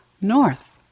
north